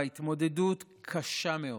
וההתמודדות קשה מאוד.